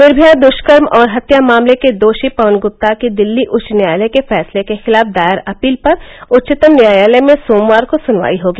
निर्मया दुष्कर्म और हत्या मामले के दोषी पवन गुप्ता की दिल्ली उच्च न्यायालय के फैसले के खिलाफ दायर अपील पर उच्चतम न्यायालय में सोमवार को सुनवाई होगी